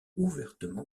ouvertement